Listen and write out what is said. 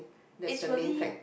it's really